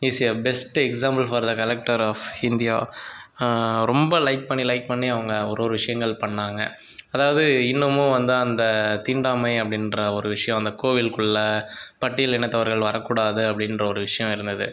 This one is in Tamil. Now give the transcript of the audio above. is a best example for the collector of India ரொம்ப லைக் பண்ணி லைக் பண்ணி அவங்க ஓரொரு விஷயங்கள் பண்ணிணாங்க அதாவது இன்னமும் அந்த அந்த தீண்டாமை அப்படின்ற ஒரு விஷயோம் அந்த கோவில்குள்ளே பட்டியில் இனத்தவர்கள் வர கூடாது அப்படின்ற ஒரு விஷயோம் இருந்தது